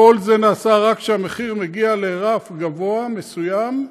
כל זה נעשה רק כשהמחיר מגיע לרף גבוה מסוים,